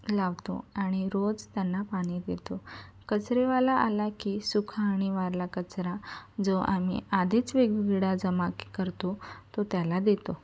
लावतो आणि रोज त्यांना पाणी देतो कचरेवाला आला की सुका आणि वाल्ला कचरा जो आम्ही आधीच वेगवेगळा जमा क करतो तो त्याला देतो